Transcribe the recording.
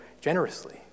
generously